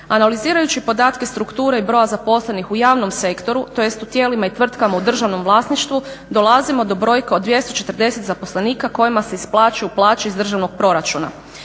Analizirajući podatke strukture i broja zaposlenih u javnom sektoru tj. u tijelima i tvrtkama u državnom vlasništvu dolazimo do brojke od 240 zaposlenika kojima se isplaćuju plaće iz državnog proračuna.